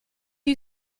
you